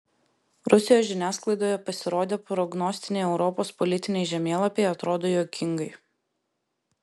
rusijos žiniasklaidoje pasirodę prognostiniai europos politiniai žemėlapiai atrodo juokingai